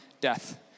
death